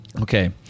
okay